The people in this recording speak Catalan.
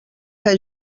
que